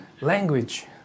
language